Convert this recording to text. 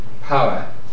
power